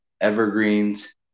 Evergreens